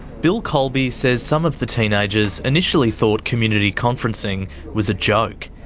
bill coleby says some of the teenagers initially thought community conferencing was a joke.